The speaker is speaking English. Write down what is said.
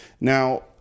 Now